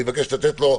אני מבקש לתת לו.